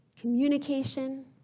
communication